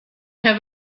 have